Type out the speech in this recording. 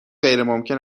غیرممکن